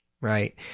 right